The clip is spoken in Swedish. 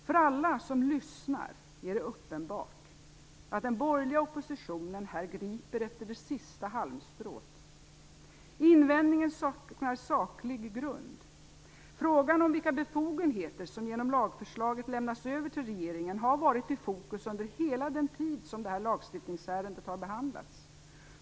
För alla som lyssnar är det uppenbart att den borgerliga oppositionen här griper efter det sista halmstrået. Invändningen saknar saklig grund. Frågan om vilka befogenheter som genom lagförslaget lämnas över till regeringen har varit i fokus under hela den tid som det här lagstiftningsärendet har behandlats.